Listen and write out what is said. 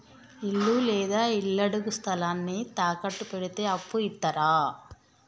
ఇల్లు లేదా ఇళ్లడుగు స్థలాన్ని తాకట్టు పెడితే అప్పు ఇత్తరా?